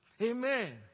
Amen